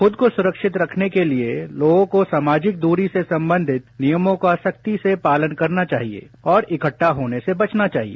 कुद को सुरक्षित रखने के लिए लोगों को समाजिक दूरी से संबंधित नियमों का सख्ती से पालन करना चाहिए और इकट्टा होने से बचना चाहिए